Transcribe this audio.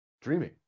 dreaming